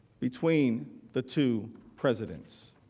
between the two presidents.